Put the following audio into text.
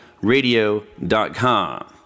radio.com